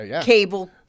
cable